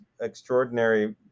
extraordinary